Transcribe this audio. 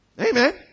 Amen